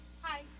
Hi